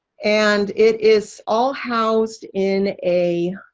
and it is all housed in a